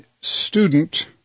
student